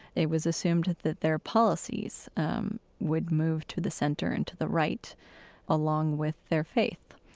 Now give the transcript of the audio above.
it was assumed that their policies um would move to the center and to the right along with their faith.